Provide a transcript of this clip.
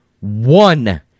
one